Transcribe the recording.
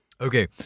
Okay